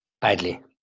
badly